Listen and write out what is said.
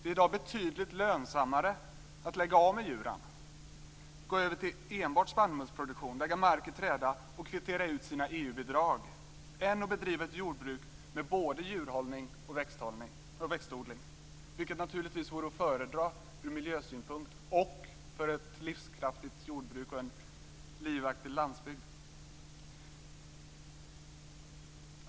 Det är i dag betydligt lönsammare att lägga av med djuren, gå över till enbart spannmålsproduktion, lägga mark i träda och kvittera ut sina EU-bidrag än att bedriva ett jordbruk med både djurhållning och växtodling, vilket naturligtvis vore att föredra ur miljösynpunkt och för ett livskraftigt jordbruk och en livaktig landsbygd.